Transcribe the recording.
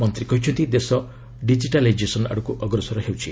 ମନ୍ତ୍ରୀ କହିଛନ୍ତି ଦେଶ ଡିଜିଟାଲ୍ଲାଇଜେସନ୍ ଆଡ଼କୁ ଅଗ୍ରସର ହେଉଛି